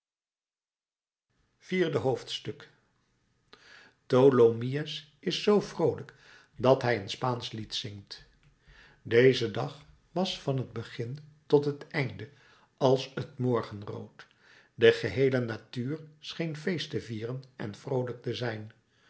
vierde hoofdstuk tholomyès is zoo vroolijk dat hij een spaansch lied zingt deze dag was van t begin tot het einde als t morgenrood de geheele natuur scheen feest te vieren en vroolijk te zijn